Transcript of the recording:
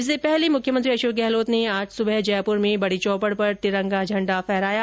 इससे पहले मुख्यमंत्री अशोक गहलोत ने आज सुबह जयपुर में बड़ी चौपड़ पर तिरंगा झण्ड़ा फहराया